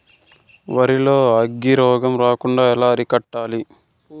వరి లో అగ్గి రోగం రాకుండా ఎలా అరికట్టాలి?